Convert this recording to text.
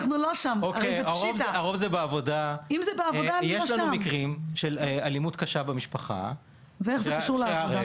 יש לנו מקרים של אלימות קשה במשפחה -- ואיך זה קשור לעבודה?